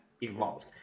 evolved